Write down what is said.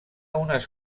unes